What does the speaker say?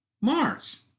Mars